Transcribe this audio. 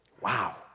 Wow